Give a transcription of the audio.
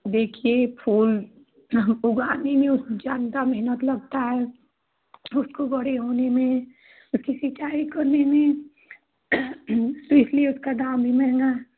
देखिये फूल उगाने में जानता मेहनत लगता है उसको बड़े होने में किसी टाइम होने में इसलिए उसका दाम भी महँगा है